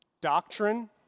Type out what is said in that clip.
Doctrine